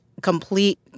complete